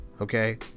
okay